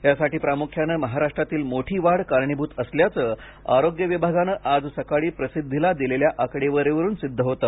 यासाठी प्रामुख्यानं महाराष्ट्रातील मोठी वाढ कारणीभूत असल्याचं आरोग्य विभागानं आज सकाळी प्रसिद्धीला दिलेल्या आकडेवारीवरून सिद्ध होतं